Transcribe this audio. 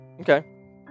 Okay